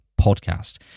podcast